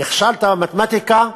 נכשלת במתמטיקה,